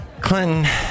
Clinton